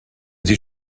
sie